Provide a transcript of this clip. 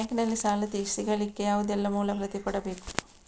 Bank ನಲ್ಲಿ ಸಾಲ ಸಿಗಲಿಕ್ಕೆ ಯಾವುದೆಲ್ಲ ಮೂಲ ಪ್ರತಿ ಕೊಡಬೇಕು?